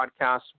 podcast